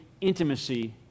intimacy